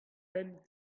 pemp